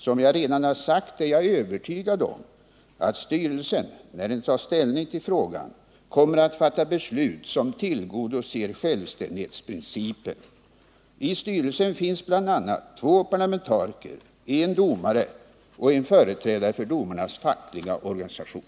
Som jag redan har sagt är jag övertygad om att styrelsen, när den tar ställning till frågan, kommer att fatta beslut som tillgodoser självständighetsprincipen. I styrelsen finns bl.a. två parlamentariker, en domare och en företrädare för domarnas fackliga organisation.